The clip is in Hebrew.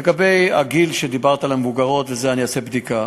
לגבי הגיל, שאמרת, המבוגרות וזה, אני אעשה בדיקה.